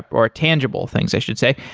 or tangible things, i should say.